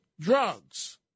drugs